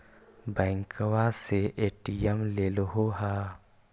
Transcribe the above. बैंकवा से ए.टी.एम लेलहो है?